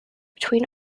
between